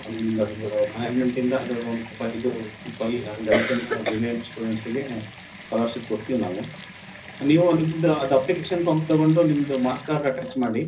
ಒಂದು ಒಂದು ಮ್ಯಾನೇಜ್ಮೆಂಟಿಂದ ಅದ್ರದ್ದು ಒಂದು ಫೈ ಇದು ಫೈ ಒಂದು ಐದು ಜನ ಬ್ರಿಲಿಯಂಟ್ ಸ್ಟೂಡೆಂಟ್ಸ್ಗೆ ಸ್ಕಾಲರ್ಶಿಪ್ ಕೊಡ್ತೀವಿ ನಾವು ನೀವು ನಿಮ್ಮದು ಅದು ಅಪ್ಲಿಕೇಶನ್ ಫಾಮ್ ತಗೊಂಡು ನಿಮ್ಮದು ಮಾಸ್ ಕಾರ್ಡ್ ಅಟ್ಯಾಚ್ ಮಾಡಿ